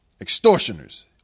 extortioners